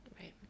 Right